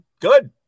good